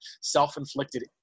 self-inflicted